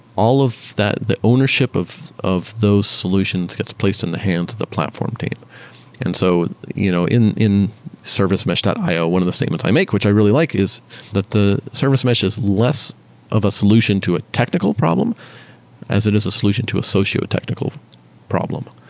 all of that, the ownership of of those solutions gets placed in the hands of the platform team and so you know in servicemesh servicemesh io, one of the statements i make which i really like is that the service mesh is less of a solution to a technical problem as it is a solution to a socio-technical problem.